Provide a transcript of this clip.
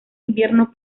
invierno